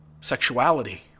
sexuality